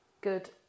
Good